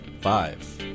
five